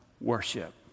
worship